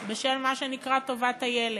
בשל מה שנקרא "טובת הילד",